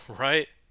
right